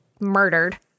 murdered